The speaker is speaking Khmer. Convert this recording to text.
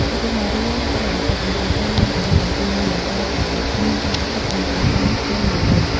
ឧទាហរណ៍ រឿង ព្រះអាទិត្យនិងព្រះចន្ទបានពន្យល់អំពីមូលហេតុដែលមានព្រះអាទិត្យនិងព្រះចន្ទនៅលើមេឃ។